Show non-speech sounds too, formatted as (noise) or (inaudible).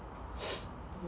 (noise)